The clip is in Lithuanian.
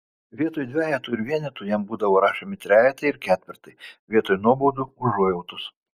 vietoj dvejetų ir vienetų jam būdavo rašomi trejetai ir ketvirtai vietoj nuobaudų užuojautos